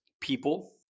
people